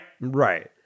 Right